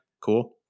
cool